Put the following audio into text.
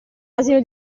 asino